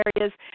areas